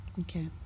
Okay